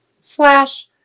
Slash